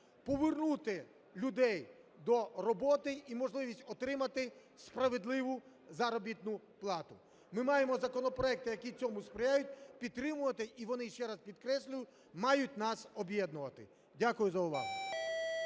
повернути людей до роботи і можливість отримати справедливу заробітну плату. Ми маємо законопроекти, які цьому сприяють, підтримувати. І вони, ще раз підкреслюю, мають нас об'єднувати. Дякую за увагу.